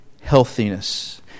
healthiness